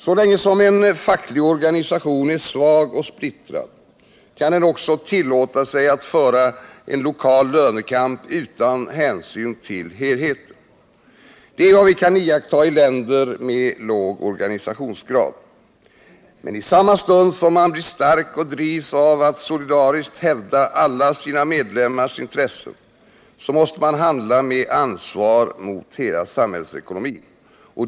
Så länge som en facklig organisation är svag och splittrad kan den också tillåta sig att föra en lokal lönekamp utan hänsyn till helheten. Det är vad vi kan iaktta i länder med låg organisationsgrad. Men i samma stund som man blir stark och drivs av att solidariskt hävda sina medlemmars intressen, måste man handla med ansvar mot hela samhällsekonomin.